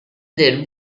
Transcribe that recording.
del